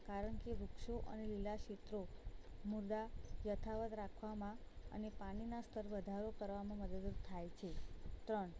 કારણ કે વૃક્ષો અને લીલા ક્ષેત્રો મુરદા યથાવત રાખવામાં અને પાણીના સ્તર વધારો કરવામાં મદદરૂપ થાય છે ત્રણ